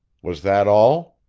was that all?